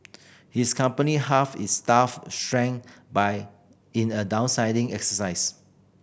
his company halved its staff strength by in a downsizing exercise